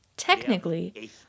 Technically